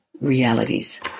realities